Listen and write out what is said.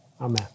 amen